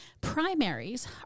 Primaries